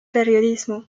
periodismo